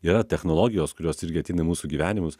yra technologijos kurios irgi ateina į mūsų gyvenimus